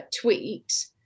tweet